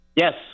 Yes